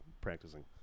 practicing